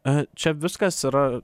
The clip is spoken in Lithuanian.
a čia viskas yra